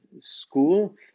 school